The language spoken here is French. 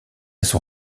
son